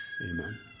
Amen